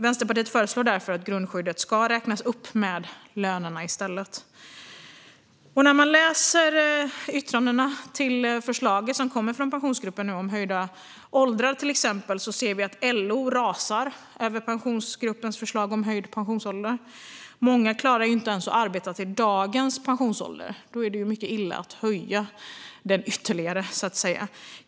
Vänsterpartiet föreslår därför att grundskyddet i stället ska räknas upp med lönerna. När man läser yttrandena som har kommit om förslaget från Pensionsgruppen om till exempel höjda åldrar kan man se att LO rasar över förslaget om höjd pensionsålder. Många klarar inte ens att arbeta till dagens pensionsålder. Då är det mycket illa att höja den ytterligare.